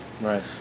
Right